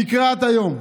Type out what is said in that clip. נקרעת היום.